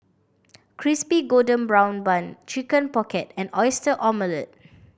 Crispy Golden Brown Bun Chicken Pocket and Oyster Omelette